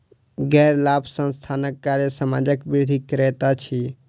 गैर लाभ संस्थानक कार्य समाजक वृद्धि करैत अछि